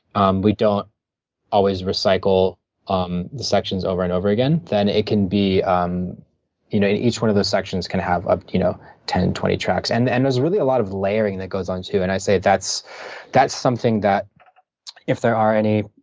um we don't always recycle um the sections over and over again, then it can be, um you know, each one of those sections can have ah you know ten, twenty tracks, and and there's really a lot of layering that goes on too. and i say that's that's something that if there are any